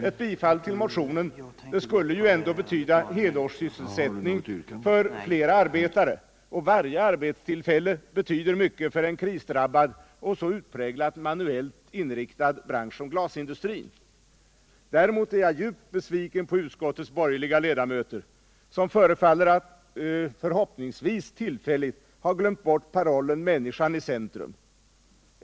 Ett bifall till motionen skulle ju ändå betyda helårssysselsättning för flera arbetare, och varje arbetstillfälle betyder mycket för en krisdrabbad och så utpräglat manuellt inriktad bransch som glasindustrin. Däremot är jag djupt besviken på utskottets borgerliga ledamöter, som förefaller att — förhoppningsvis tillfälligt — ha glömt bort parollen ”människan i centrum”.